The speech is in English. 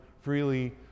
freely